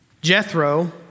Jethro